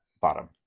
bottom